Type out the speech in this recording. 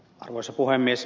arvoisa puhemies